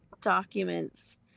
documents